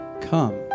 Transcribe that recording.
come